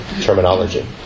terminology